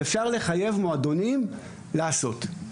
מתנ"ס זה ראשי תיבות של מרכז תרבות נוער וספורט.